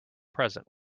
present